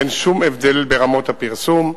אין שום הבדל ברמות הפרסום.